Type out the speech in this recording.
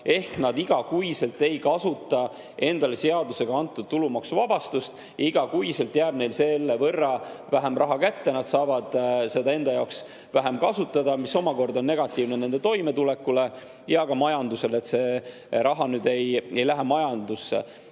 siis nad igakuiselt ei kasuta endale seadusega antud tulumaksuvabastust ja igakuiselt jääb neil selle võrra vähem raha kätte. Nad saavad seda enda jaoks vähem kasutada, mis omakorda mõjub negatiivselt nende toimetulekule ja ka majandusele, sest see raha ei lähe majandusse.